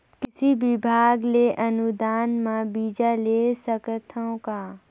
कृषि विभाग ले अनुदान म बीजा ले सकथव का?